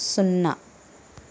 సున్నా